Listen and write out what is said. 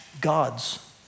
God's